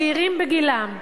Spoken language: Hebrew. צעירים בגילם,